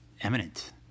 eminent